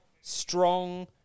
strong